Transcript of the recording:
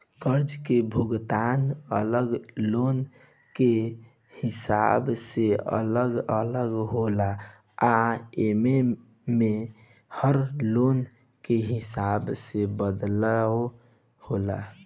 कर्जा के भुगतान अलग लोन के हिसाब से अलग अलग होला आ एमे में हर लोन के हिसाब से बदलाव होला